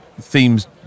themes